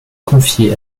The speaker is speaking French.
confiée